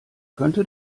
könnte